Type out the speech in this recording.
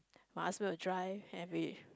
my husband will drive and we